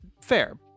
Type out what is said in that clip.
Fair